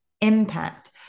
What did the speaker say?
impact